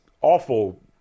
awful